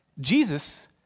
Jesus